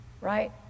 Right